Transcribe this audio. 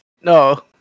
No